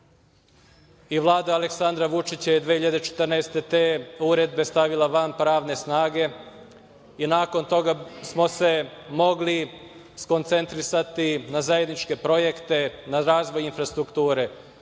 i Vlada Aleksandra Vučića je 2014. godine te uredbe stavila van pravne snage i nakon toga smo se mogli skoncentrisati na zajedničke projekte, na razvoj infrastrukture.Za